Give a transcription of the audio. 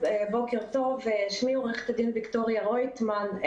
אני עו"ד ויקטוריה רויטמן.